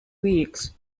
weeks